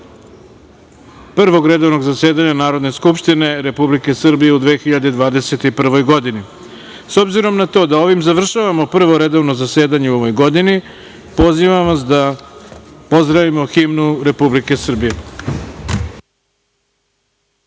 Prvog redovnog zasedanja Narodne skupštine Republike Srbije u 2021. godini.S obzirom na to da ovim završavamo Prvo redovno zasedanje u ovoj godini, pozivam vas da pozdravimo himnu Republike